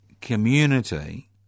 community